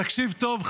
תקשיב טוב,